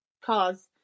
cause